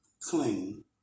clean